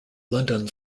london